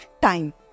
time